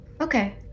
okay